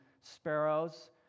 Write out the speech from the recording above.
sparrows